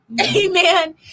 amen